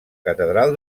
catedral